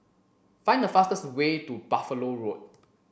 find the fastest way to Buffalo Road